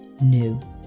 new